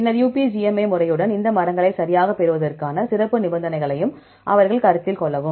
பின்னர் UPGMA முறையுடன் இந்த மரங்களை சரியாகப் பெறுவதற்கான சிறப்பு நிபந்தனைகளையும் அவர்கள் கருத்தில் கொள்ளவும்